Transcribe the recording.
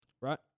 Right